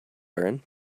wearing